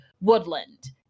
woodland